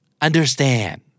understand